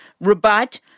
rebut